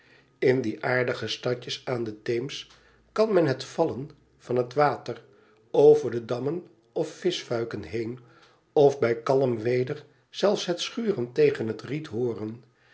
in die aardige stadjes aan den theems kan men het vallen van het water over de dammen of vischfuiken heen of bij kalm weder zelfs het schuren tegen het riet hooren